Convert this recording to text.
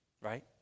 right